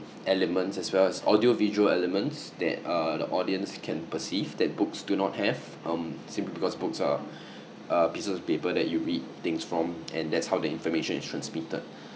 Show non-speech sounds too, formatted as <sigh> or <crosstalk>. elements as well as audio visual elements that uh the audience can perceive that books do not have um simply because books are <breath> are pieces of paper that you read things from and that's how the information is transmitted